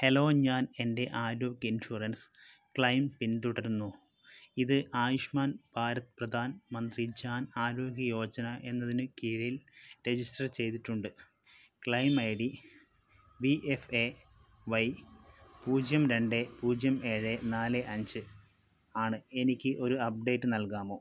hello ഞാൻ എൻ്റെ ആരോഗ്യ ഇൻഷുറൻസ് ക്ലെയിം പിന്തുടരുന്നു ഇത് ആയുഷ്മാൻ ഭാരത് പ്രധാൻ മന്ത്രി ജാൻ ആരോഗ്യ യോജന എന്നതിന് കീഴിൽ രജിസ്റ്റർ ചെയ്തിട്ടുണ്ട് claim I D V F A Y പൂജ്യം രണ്ട് പൂജ്യം ഏഴ് നാല് അഞ്ച് ആണ് എനിക്ക് ഒരു അപ്ഡേറ്റ് നൽകാമോ